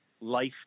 life